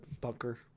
bunker